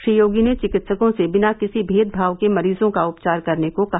श्री योगी ने चिकित्सकों से बिना किसी मेदभाव के मरीजों का उपचार करने को कहा